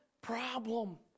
problem